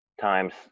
times